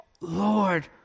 Lord